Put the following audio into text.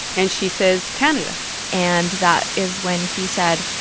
and she says, canada and that is when he said,